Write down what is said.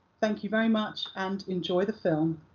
thank you very much, and enjoy the film.